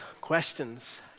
questions